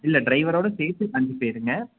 இல்லை ட்ரைவரோட சேர்த்து அஞ்சு பேருங்க